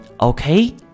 okay